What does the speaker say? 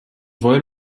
wollen